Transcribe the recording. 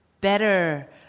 better